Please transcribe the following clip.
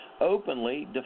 openly